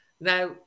Now